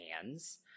hands